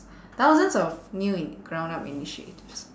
thousands of in ground up initiatives